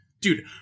Dude